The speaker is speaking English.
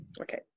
Okay